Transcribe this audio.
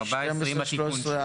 אנחנו מצביעים על סעיפים 12,